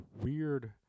weird